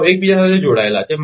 તેઓ એકબીજા સાથે જોડાયેલા છે